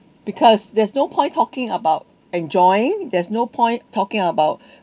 because there's no point talking about enjoying there's no point talking about